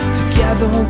together